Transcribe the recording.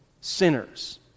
sinners